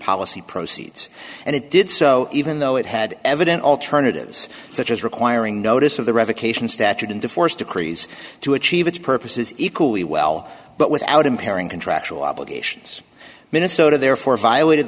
policy proceeds and it did so even though it had evident alternatives such as requiring notice of the revocation statute and to force to creese to achieve its purposes equally well but without impairing contractual obligations minnesota therefore violated